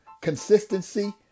consistency